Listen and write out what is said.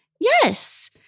Yes